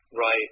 Right